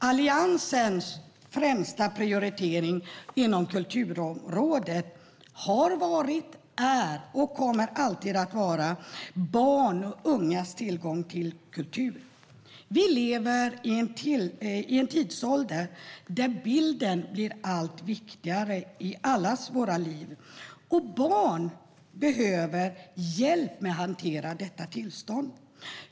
Alliansens främsta prioritering inom kulturområdet har varit, är och kommer alltid att vara barns och ungas tillgång till kultur. Vi lever i en tidsålder där bilden blir allt viktigare i allas våra liv. Barn behöver hjälp med att hantera detta förhållande.